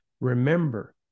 remember